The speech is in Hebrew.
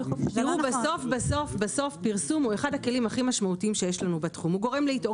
בסוף בסוף בסוף פרסום הוא אחד הכלים הכי משמעותיים שיש לנו בתחום,